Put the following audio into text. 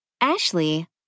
Ashley